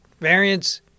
variants